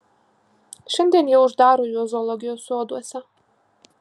šiandien jie uždaro juos zoologijos soduose